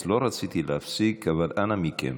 אז לא רציתי להפסיק, אבל אנא מכם,